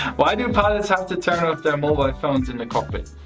why do pilots have to turn off their mobile phones in the cockpit?